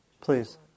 Please